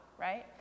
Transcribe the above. right